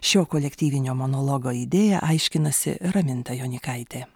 šio kolektyvinio monologo idėją aiškinasi raminta jonykaitė